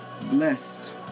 Blessed